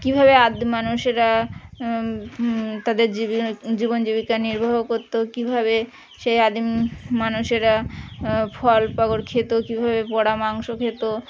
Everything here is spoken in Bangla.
কীভাবে আদি মানুষেরা তাদের জীবিকা জীবন জীবিকা নির্বাহ করতো কীভাবে সে আদিম মানুষেরা ফলপাকুড় খেতো কীভাবে পোড়া মাংস খেত